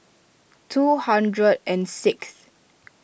two hundred and sixth